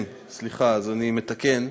סליחה, אני מתקן.